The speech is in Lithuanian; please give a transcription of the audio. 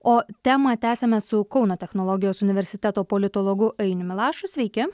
o temą tęsiame su kauno technologijos universiteto politologu ainiumi lašu sveiki